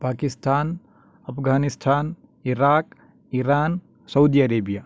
Pakistan Afghanistan Iraq Iran Saudi Arabia